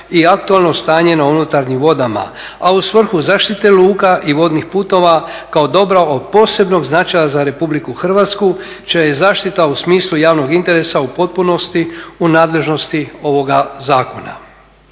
i aktualno stanje na unutarnjim vodama, a svrhu zaštite luka i vodnih putova kao dobra od posebnog značaja za RH čija je zaštita u smislu javnog interesa u potpunosti u nadležnosti ovoga zakona.